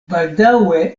baldaŭe